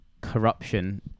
corruption